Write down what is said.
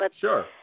Sure